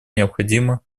необходимо